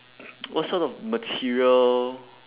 what sort of material